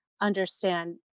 understand